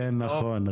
כן, נכון.